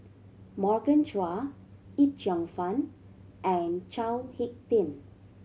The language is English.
Morgan Chua Yip Cheong Fun and Chao Hick Tin